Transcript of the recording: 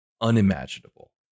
unimaginable